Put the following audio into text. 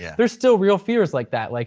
there's still real fears like that. like